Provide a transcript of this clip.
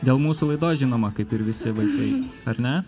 dėl mūsų laidos žinoma kaip ir visi vaikai ar ne